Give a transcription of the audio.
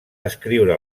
escriure